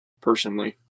personally